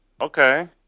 Okay